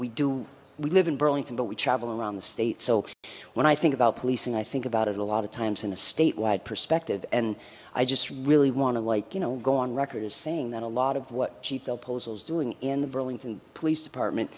we do we live in burlington but we travel around the state so when i think about policing i think about it a lot of times in a statewide perspective and i just really want to like you know go on record as saying that a lot of what she's doing in the burlington police department